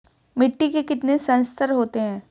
मिट्टी के कितने संस्तर होते हैं?